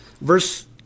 verse